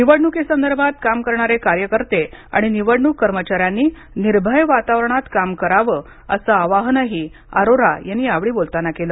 निवडणुकीसंदर्भात काम करणारे कार्यकर्ते आणि निवडणूक कर्मचाऱ्यांनी निर्भय वातावरणात काम करावं असं आवाहनही अरोरा यांनी यावेळी बोलताना केलं